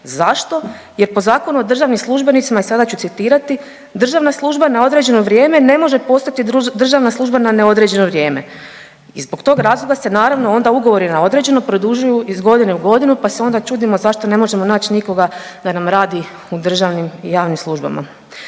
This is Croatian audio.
Zašto? Jer po Zakonu o državnim službenicima i sada ću citirati, državna služba na određeno vrijeme ne može postati državna služba na neodređeno vrijeme i zbog tog razloga se naravno onda ugovori na određeno produžuju iz godine u godinu pa se onda čudimo zašto ne možemo naći nikoga da nam radi u državnim i javnim službama.